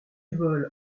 vole